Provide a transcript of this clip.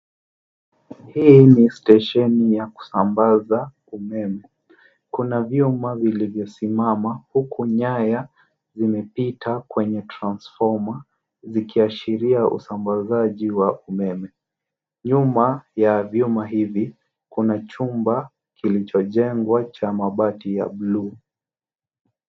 Hii ni stesheni ya kusambaza umeme. Kuna vyuma vilivyosimama huku nyaya zimepita kwenye transformer zikiashiria usambazaji wa umeme. Nyuma ya vyuma hivi, kuna chumba kilichojengwa cha mabati ya bluu.